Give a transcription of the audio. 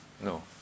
No